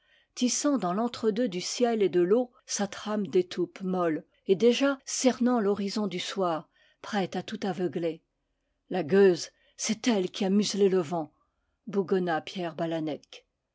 dans l'entre-deux du ciel et de l'eau sa trame d'étoupe molle et déjà cernant l'horizon du soir prête à tout aveugler la gueuse c'est elle qui a muselé le vent bougonna